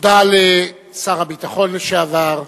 תודה לשר הביטחון לשעבר,